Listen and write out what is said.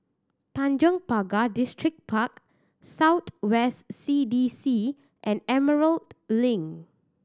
Tanjong Pagar Distripark South West C D C and Emerald Link